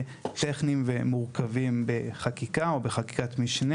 טכניים ומורכבים בחקיקה ובחקיקת משנה.